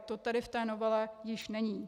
To tedy v té novele již není.